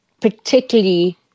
particularly